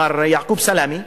מר יעקב סלמה,